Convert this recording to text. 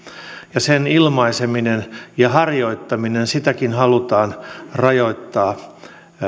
sen ilmaisemista ja harjoittamistakin halutaan rajoittaa